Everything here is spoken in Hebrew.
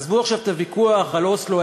עזבו עכשיו את הוויכוח על אוסלו,